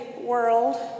world